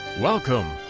Welcome